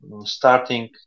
starting